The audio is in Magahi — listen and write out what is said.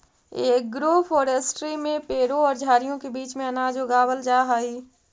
एग्रोफोरेस्ट्री में पेड़ों और झाड़ियों के बीच में अनाज उगावाल जा हई